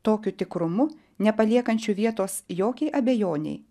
tokiu tikrumu nepaliekančiu vietos jokiai abejonei